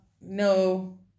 no